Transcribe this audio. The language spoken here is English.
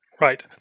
Right